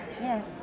Yes